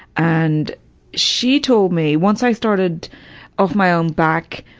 and she told me once i started off my own back,